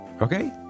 Okay